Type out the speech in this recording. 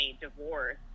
divorce